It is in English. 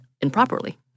improperly